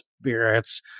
spirits